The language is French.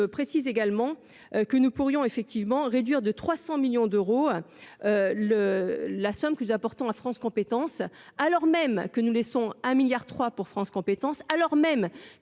précise également que nous pourrions effectivement réduire de 300 millions d'euros, le la somme que nous apportons à France compétences alors même que nous laissons un milliard trois pour France compétences alors même